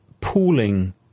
pooling